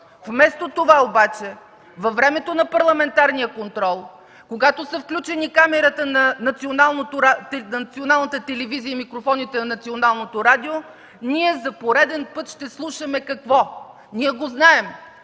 Вместо това във времето на парламентарния контрол, когато са включени камерите на Националната телевизия и микрофоните на Националното радио, ние за пореден път ще слушаме какво? Ние го знаем.